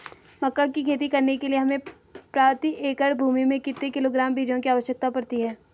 मक्का की खेती करने के लिए हमें प्रति एकड़ भूमि में कितने किलोग्राम बीजों की आवश्यकता पड़ती है?